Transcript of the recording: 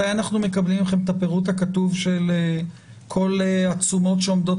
מתי אנחנו מקבלים את הפירוט הכתוב של כל התשומות שעומדות